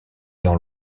dans